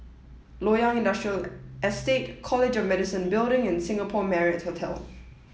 Loyang Industrial Estate College of Medicine Building and Singapore Marriott Hotel